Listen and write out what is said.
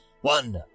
one